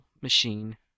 machine